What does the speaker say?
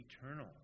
eternal